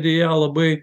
deja labai